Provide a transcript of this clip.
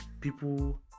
people